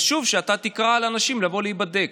חשוב שאתה תקרא לאנשים לבוא להיבדק.